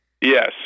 Yes